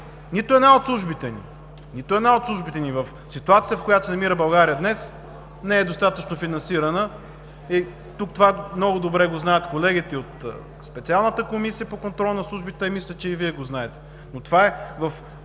Нито една от службите ни в ситуацията, в която се намира България днес, не е достатъчно финансирана. Тук това много добре го знаят колегите от Специалната комисия по контрол на службите, а мисля, че и Вие го знаете. Но това е в